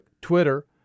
Twitter